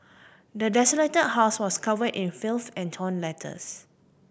the desolated house was covered in filth and torn letters